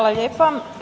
lijepa.